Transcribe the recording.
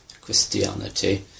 Christianity